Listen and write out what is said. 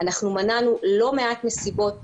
אנחנו מנענו לא מעט מסיבות גדולות,